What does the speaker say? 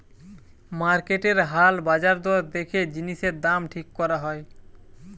মার্কেটের হাল বাজার দর দেখে জিনিসের দাম ঠিক করা হয়